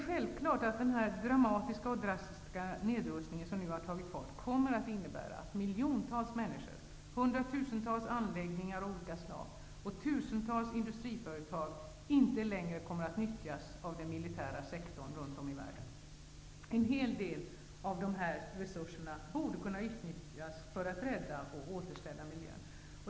Självfallet kommer den dramatiska och drastiska nedrustningen, som nu har tagit fart, att innebära att miljontals människor, hundratusentals anläggningar av olika slag och tusentals industriföretag inte längre kommer att nyttjas av den militära sektorn runt om i världen. En hel del av dessa resurser borde kunna utnyttjas för att rädda och återställa miljön.